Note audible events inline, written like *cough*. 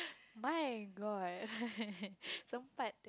my-god *laughs* some part